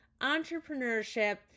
entrepreneurship